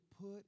put